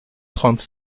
trente